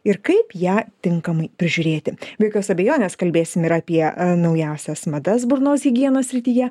ir kaip ją tinkamai prižiūrėti be jokios abejonės kalbėsim ir apie naująsias madas burnos higienos srityje